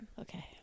okay